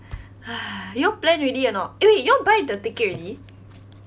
you all plan already or not eh wait you all buy the ticket already